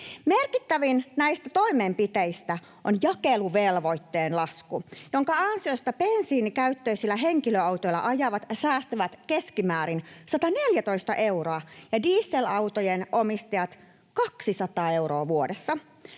Merkittävin näistä toimenpiteistä on jakeluvelvoitteen lasku, jonka ansiosta bensiinikäyttöisillä henkilöautoilla ajavat säästävät keskimäärin 114 euroa ja dieselautojen omistajat 200 euroa vuodessa